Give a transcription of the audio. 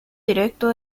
directo